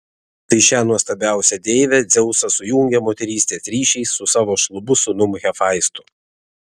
tai šią nuostabiausią deivę dzeusas sujungė moterystės ryšiais su savo šlubu sūnum hefaistu